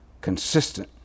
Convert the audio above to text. consistent